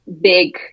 big